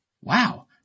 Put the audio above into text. Wow